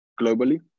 globally